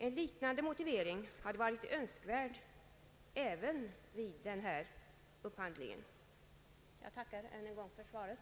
En liknande motivering hade varit önskvärd även vid denna upphandling. Jag tackar än en gång för svaret.